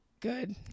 Good